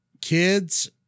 Kids